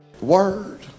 Word